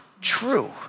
true